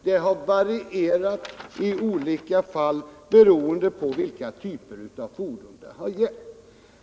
Det har varierat i olika fall beroende på vilka typer av fordon det har gällt.